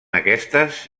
aquestes